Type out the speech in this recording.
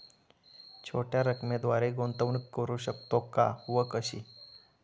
छोट्या रकमेद्वारे गुंतवणूक करू शकतो का व कशी?